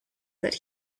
that